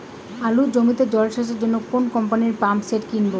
আলুর জমিতে জল সেচের জন্য কোন কোম্পানির পাম্পসেট কিনব?